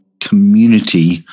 community